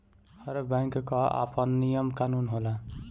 हर bank कअ आपन नियम कानून होला